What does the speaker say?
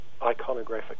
iconographic